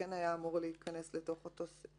אמור להיכנס לאותו סעיף.